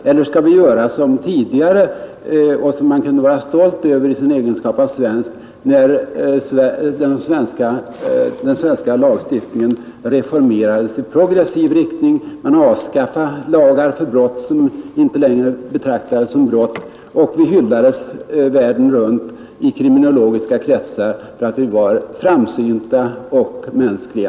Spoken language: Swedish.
Eller skall vi göra som tidigare — vilket man kunde vara stolt över i sin egenskap av svensk — när den svenska lagstiftningen reformerades i progressiv riktning? Man avskaffade lagar mot brott som inte längre betraktades som brott och man mildrade straffen för andra brott, och vi hyllades världen runt i kriminologiska kretsar för att vi var framsynta och mänskliga.